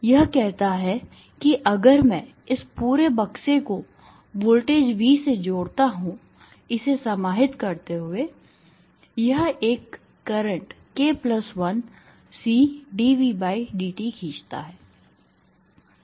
यह कहता है कि अगर मैं इस पूरे बक्से को वोल्टेज V से जोड़ता हूं इसे समाहित करते हुए यह एक करंट k 1CdVdt खींचता है